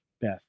beth